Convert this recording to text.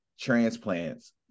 transplants